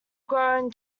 grown